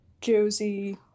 Josie